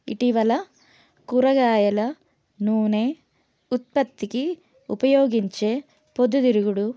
ఇటీవల కూరగాయల నూనె ఉత్పత్తికి ఉపయోగించే పొద్దుతిరుగుడు